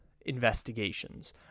investigations